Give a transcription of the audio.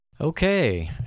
Okay